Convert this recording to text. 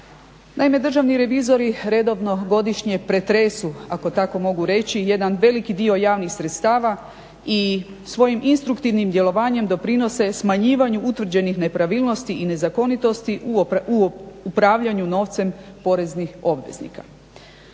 Naime, državni revizori redovno godišnje pretresu ako tako mogu reći jedan veliki dio javnih sredstava i svojim instruktivnim djelovanjem doprinose smanjivanju utvrđenih nepravilnosti i nezakonitosti u upravljanju novcem poreznih obveznika.